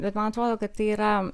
bet man atrodo kad tai yra